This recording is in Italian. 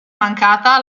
mancata